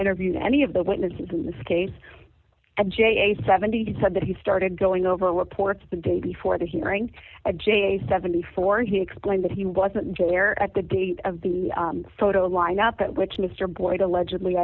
interviewed any of the witnesses in this case and j a seventy said that he started going over reports the day before the hearing a j seventy four and he explained that he wasn't there at the date of the photo lineup at which mr boyd allegedly